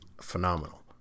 phenomenal